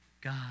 God